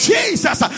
Jesus